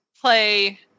play